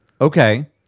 Okay